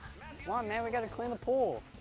come on, man, we gotta clean the pool.